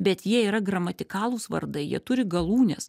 bet jie yra gramatikalūs vardai jie turi galūnes